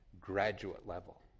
graduate-level